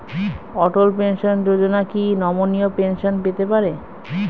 অটল pension Yojana কি নমনীয় pension পেতে পারে?